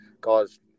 guys